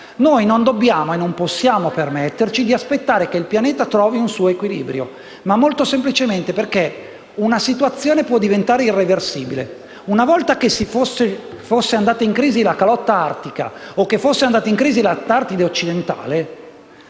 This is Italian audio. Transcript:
Noi non dobbiamo e non possiamo permetterci di aspettare che il pianeta trovi un suo equilibrio, ma molto semplicemente perché una situazione può diventare irreversibile. Una volta che fosse andata in crisi la calotta artica o che fosse andato in crisi l'Antartide occidentale,